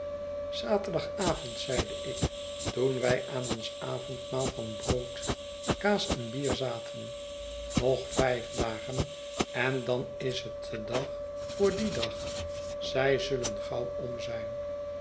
zaterdagavond zeide ik toen wij aan ons avondmaal van brood kaas en bier zaten nog vijf dagen en dan is het de dag voor dien dag zij zullen gauw onx zijn